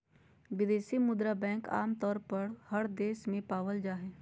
विदेशी मुद्रा बैंक आमतौर पर हर देश में पावल जा हय